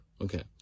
Okay